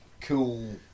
cool